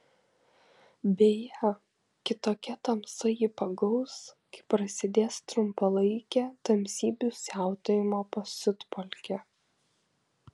beje kitokia tamsa jį pagaus kai prasidės trumpalaikė tamsybių siautėjimo pasiutpolkė